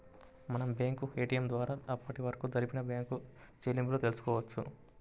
మనం bank ATM ద్వారా అప్పటివరకు జరిపిన బ్యేంకు చెల్లింపులను తెల్సుకోవచ్చు